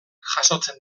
jasotzen